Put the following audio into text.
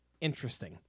Interesting